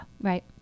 right